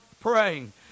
praying